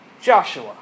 Joshua